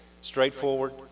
straightforward